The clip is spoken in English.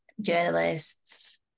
journalists